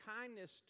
kindness